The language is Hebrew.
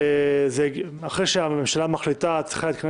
אחרי שהממשלה מחליטה, צריך להגיע